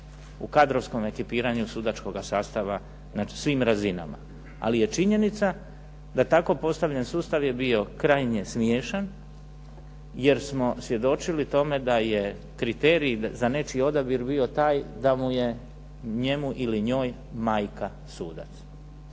u kadrovskom ekipiranju sudačkoga sastava, znači svim razinama. Ali je činjenica da tako postavljen sustav je bio krajnje smiješan, jer smo svjedočili tome da je kriterij za nečiji odabir bio taj da mu je, njemu ili njoj majka sudac.